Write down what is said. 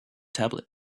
tablet